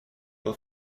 pas